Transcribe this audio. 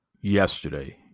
yesterday